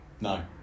No